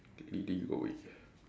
d~ David going